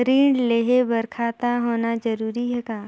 ऋण लेहे बर खाता होना जरूरी ह का?